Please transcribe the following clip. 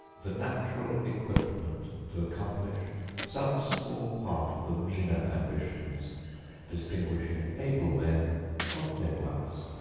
the natural equipment to accomplish some small part of the meaner ambitions distinguishing able men from dead ones.